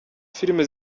filime